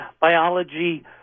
biology